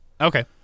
Okay